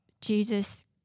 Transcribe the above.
Jesus